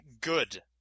good